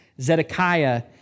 Zedekiah